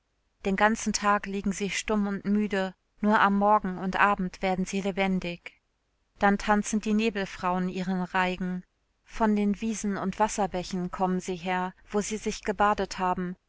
den ganzen tag liegen sie stumm und müde nur am morgen und abend werden sie lebendig dann tanzen die nebelfrauen ihren reigen von den wiesen und wasserbächen kommen sie her wo sie sich gebadet haben